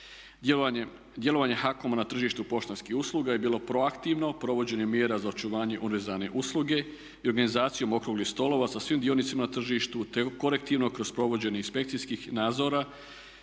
Djelovanje HAKOM-a na tržištu poštanskih usluga je bilo proaktivno provođenjem mjera za očuvanje univerzalne usluge i organizacijom okruglih stolova sa svim dionicima na tržištu te korektivno kroz provođenje inspekcijskih nadzora